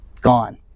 gone